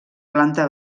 planta